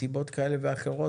בשל סיבות כאלה ואחרות,